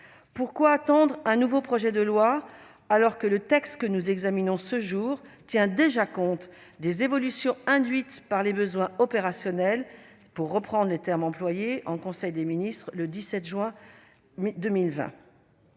Pourquoi attendre un nouveau projet de loi, alors que le texte que nous examinons aujourd'hui tient déjà compte des « évolutions induites par les besoins opérationnels », pour reprendre les termes employés en conseil des ministres le 17 juin 2020 ?